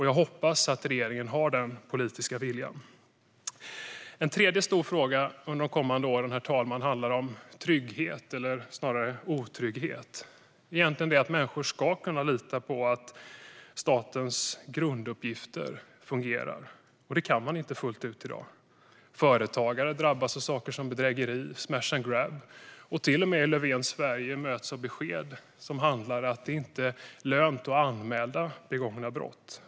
Jag hoppas att regeringen har den politiska viljan. En tredje stor fråga under de kommande åren, herr talman, är trygghet, eller snarare otrygghet. Människor ska kunna lita på att statens grunduppgifter fungerar; det kan man inte fullt ut i dag. Företagare drabbas av saker som bedrägerier och smash-and-grab men får i Löfvens Sverige beskedet att det inte är lönt att anmäla begångna brott.